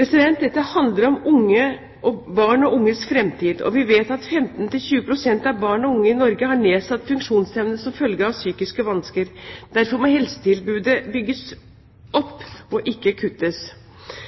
Dette handler om barn og unges framtid, og vi vet at 15–20 pst. av barn og unge i Norge har nedsatt funksjonsevne som følge av psykiske vansker. Derfor må helsetilbudet bygges opp og ikke kuttes.